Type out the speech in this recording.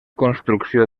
construcció